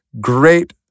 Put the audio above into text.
great